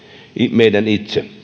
meidän itse